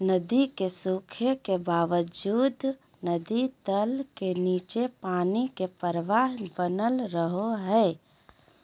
नदी के सूखे के बावजूद नदी तल के नीचे पानी के प्रवाह बनल रहइ हइ